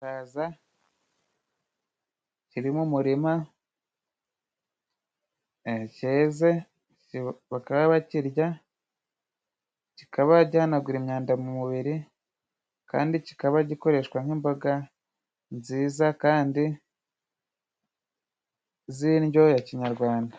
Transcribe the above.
Igihaza kiri mu murima, cyeze, bakaba bakirya, kikaba gihanagura imyanda mu mubiri, kandi kikaba gikoreshwa nk'imboga nziza, kandi z'indyo ya kinyarwanda.